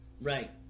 Right